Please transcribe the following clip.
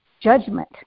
judgment